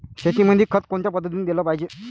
शेतीमंदी खत कोनच्या पद्धतीने देलं पाहिजे?